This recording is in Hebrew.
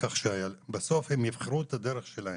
כך שלבסוף הן יבחרו את הדרך שלהן.